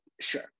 Sure